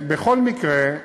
בכל מקרה,